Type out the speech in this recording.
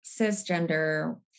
cisgender